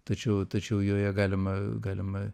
tačiau tačiau joje galima galima